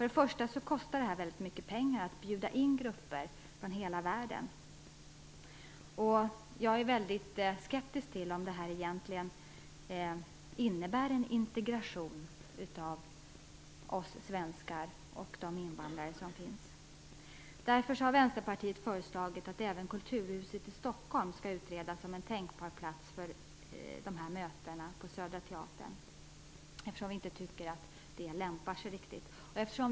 Det kostar mycket att bjuda in grupper från hela världen, och jag är skeptisk till om det egentligen innebär en integration av svenskar och invandrare. Vänsterpartiet har därför föreslagit att även Kulturhuset i Stockholm skall utredas som en tänkbar plats för dessa möten, eftersom vi inte tycker att Södra Teatern är riktigt lämplig.